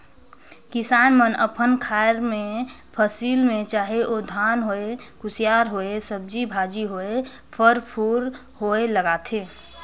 किसान मन अपन खार मे फसिल में चाहे ओ धान होए, कुसियार होए, सब्जी भाजी होए, फर फूल होए लगाथे